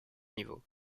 niveau